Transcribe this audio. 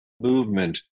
movement